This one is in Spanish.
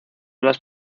las